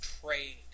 trade